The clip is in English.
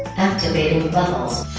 activating bubbles